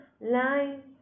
line